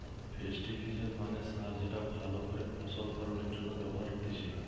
ফেস্টিলিজের মানে সার যেটা ভালো করে ফসল ফলনের জন্য ব্যবহার হতিছে